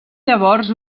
llavors